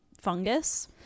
fungus